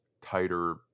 tighter